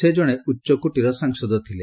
ସେ ଜଣେ ଉଚ୍ଚକୋଟୀର ସାଂସଦ ଥିଲେ